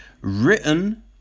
written